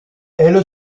elle